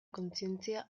kontzientzia